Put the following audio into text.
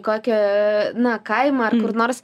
kokį na kaimą ar kur nors